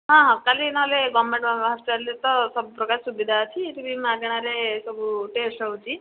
ହଁ କାଲି ନହେଲେ ଗଭର୍ଣ୍ଣମେଣ୍ଟ୍ ହସ୍ପିଟାଲ୍ରେ ତ ସବୁ ପ୍ରକାର ସୁବିଧା ଅଛି ଏଇଠି ବି ମଗଣାରେ ସବୁ ଟେଷ୍ଟ୍ ହେଉଛି